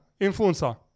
Influencer